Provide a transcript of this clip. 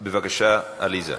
בבקשה, עליזה.